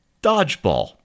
dodgeball